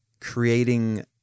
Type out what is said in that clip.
creating